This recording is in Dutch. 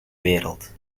wereld